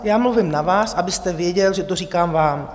Já mluvím na vás, abyste věděl, že to říkám vám.